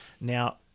Now